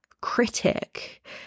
critic